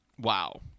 Wow